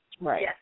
Right